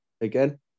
Again